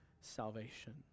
salvation